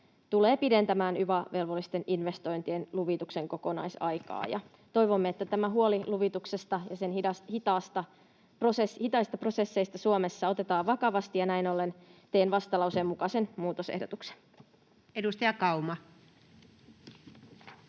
tulee pidentämään yva-velvollisten investointien luvituksen kokonaisaikaa, ja toivomme, että tämä huoli luvituksesta ja sen hitaista prosesseista Suomessa otetaan vakavasti. Näin ollen teen vastalauseen mukaisen muutosehdotuksen. [Speech 68]